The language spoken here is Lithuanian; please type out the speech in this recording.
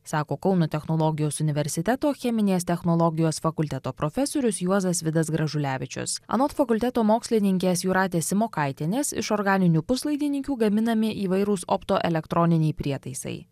sako kauno technologijos universiteto cheminės technologijos fakulteto profesorius juozas vidas gražulevičius anot fakulteto mokslininkės jūratės simokaitienės iš organinių puslaidininkių gaminami įvairūs optoelektroniniai prietaisai